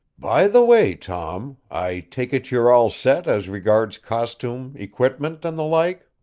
by the way, tom, i take it you're all set as regards costume, equipment and the like.